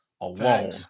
alone